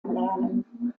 lernen